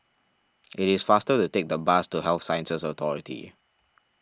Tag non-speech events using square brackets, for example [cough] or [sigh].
[noise] it is faster to take the bus to Health Sciences Authority